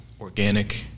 organic